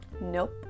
Nope